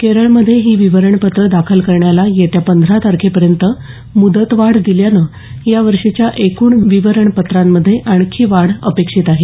केरळमध्ये ही विवरणपत्रं दाखल करण्याला येत्या पंधरा तारखेपर्यंत मुद्तवाढ दिल्यानं या वर्षीच्या एकूण विवरणपत्रांमध्ये आणखी वाढ अपेक्षित आहे